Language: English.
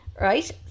Right